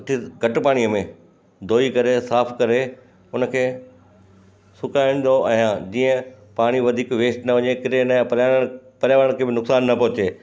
सुठे घटि पाणीअ में धोई करे साफ़ु करे उन खे सुकाईंदो आहियां जीअं पाणी वधीक वेस्ट न वञे किरे न पर्यारण पर्यावरण खे बि नुक़सान न पहुचे